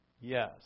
yes